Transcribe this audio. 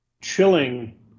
chilling